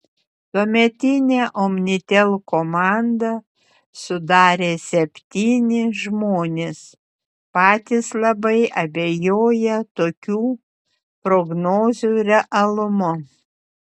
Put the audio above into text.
tuometinę omnitel komandą sudarė septyni žmonės patys labai abejoję tokių prognozių realumu